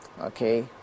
Okay